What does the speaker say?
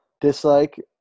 dislike